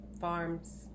Farms